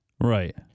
Right